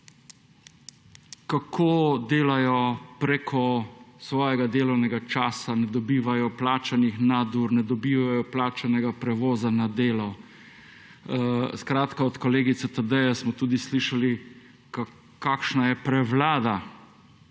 Kako delajo preko svojega delovnega časa, ne dobivajo plačanih nadur, ne dobivajo plačanega prevoza na delo, skratka od kolegice Tadeje smo tudi slišali, kakšna je prevlada,